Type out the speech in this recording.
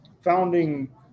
founding